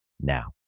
now